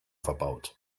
verbaut